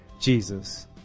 Jesus